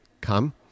come